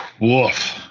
Woof